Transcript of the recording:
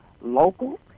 local